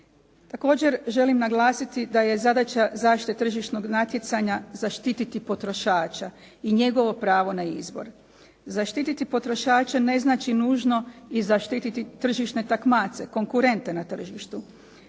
Također želim naglasiti da je zadaća zaštite tržišnog natjecanja zaštititi potrošača i njegovo pravo na izbor. Zaštititi potrošača ne znači nužno i zaštititi tržišne takmace, konkurente na tržištu.